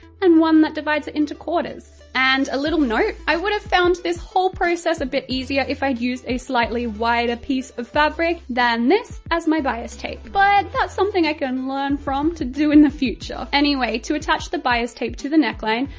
and one that divides it into quarters. and a little note i would have found this whole process a bit easier if i'd used a slightly wider piece of fabric than this as my bias tape. but that's something i can learn from to do in the future. anyway, to attach the bias tape to the neckline,